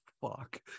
fuck